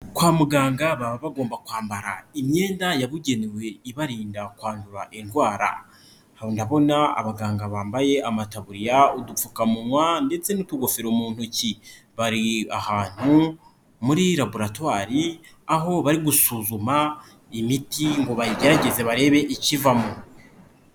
Kwa muganga baba bagomba kwambara imyenda yabugenewe ibarinda kwandura indwara, ndabona abaganga bambaye amataburiya, udupfukamunwa ndetse n'utugofero mu ntoki, bari ahantu muri laboratwari aho bari gusuzuma imiti ngo bayigerageze barebe ikivamo.